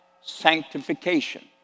sanctification